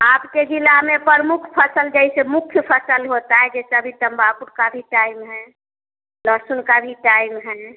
आपके जिला में प्रमुख फसल जैसे मुख्य फसल होता है जैसे अभी तम्बाकू का भी टाइम है लहसुन का भी टाइम है